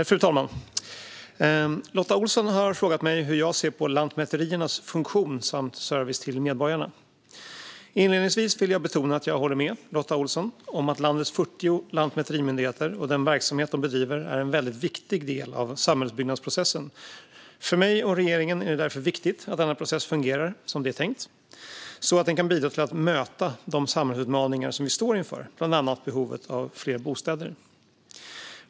Fru talman! Lotta Olsson har frågat mig hur jag ser på lantmäteriernas funktion samt service till medborgarna. Inledningsvis vill jag betona att jag håller med Lotta Olsson om att landets 40 lantmäterimyndigheter och den verksamhet de bedriver är en väldigt viktig del av samhällbyggnadsprocessen. För mig och regeringen är det därför viktigt att denna process fungerar som det är tänkt, så att den kan bidra till att möta de samhällsutmaningar som vi står inför, bland annat behovet av fler bostäder.